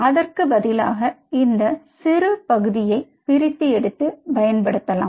அதற்கு பதிலாக இந்த சிறிய பகுதியை பிரித்து எடுத்து பயன் படுத்தலாம்